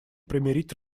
примирить